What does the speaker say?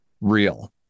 real